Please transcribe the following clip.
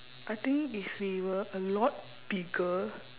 I think if we were a lot bigger